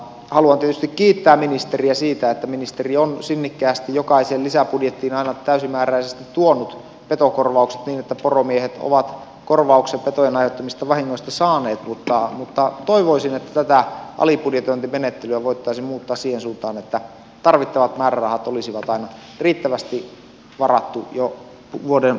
haluan tietysti kiittää ministeriä siitä että ministeri on sinnikkäästi jokaiseen lisäbudjettiin aina täysimääräisesti tuonut petokorvaukset niin että poro miehet ovat korvaukset petojen aiheuttamista vahingoista saaneet mutta toivoisin että tätä alibudjetointimenettelyä voitaisiin muuttaa siihen suuntaan että tarvittavaa määrärahaa olisi aina riittävästi varattu jo vuoden budjettiin